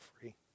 free